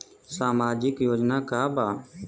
सामाजिक योजना का बा?